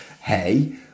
hey